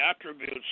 attributes